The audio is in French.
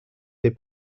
des